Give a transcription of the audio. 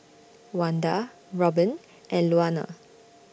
Wanda Robbin and Luana